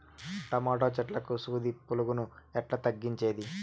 Tomato చెట్లకు సూది పులుగులను ఎట్లా తగ్గించేది?